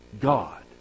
God